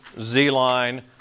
Z-line